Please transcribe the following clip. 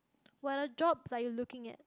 what other jobs are you looking at